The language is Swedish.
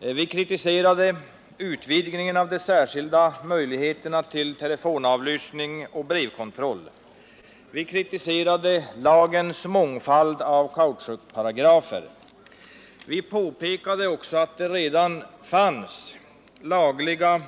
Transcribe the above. Vi kritiserade utvidgningen av de särskilda möjligheterna till telefonavlyssning och brevkontroll. Vi kritiserade lagens mångfald av kautschukparagrafer. Vi påpekade också att det redan fanns lagliga